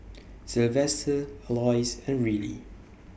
Sylvester Alois and Rillie